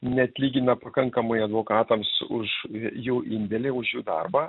neatlygina pakankamai advokatams už jų indėlį už jų darbą